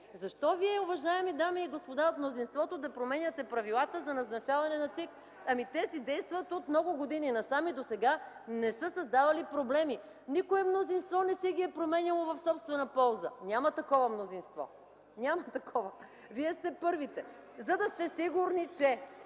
Защо вие, уважаеми дами и господа от мнозинството, да променяте правилата за назначаване на ЦИК? Те си действат от много години насам и досега не са създавали проблеми. Никое мнозинство не си ги е променяло в собствена полза – няма такова мнозинство. Вие сте първите, за да сте сигурни, че